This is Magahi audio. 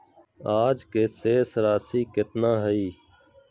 आज के शेष राशि केतना हइ?